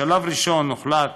בשלב ראשון הוחלט